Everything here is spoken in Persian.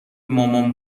مامان